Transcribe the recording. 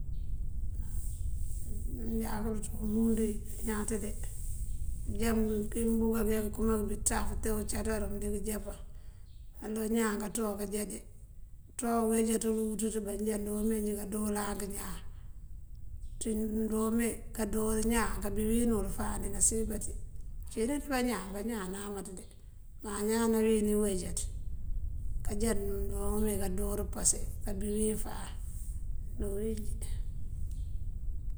Manjá kul ţí umundu wí añaţ de pëjá kí mëmbuka bí akëma këţaf te wucaţaru mëndiŋ këjá paŋ. Naloŋ ñaan kaţoo kajá de kaţuwa awu wejaţul wuţëţë bá njá ndoo mee njí kadoo ank ñaan. Ţí ndoon mee kadoor ñaan kabí wín wul fáan dí nasiyen baţí. Cí buţ bañaan, bañaan ñamaţ de má ñaan nawín wí uwejat kajá ndoon mee kadoor pase kabí wín fáan dí uwínjí.